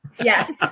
Yes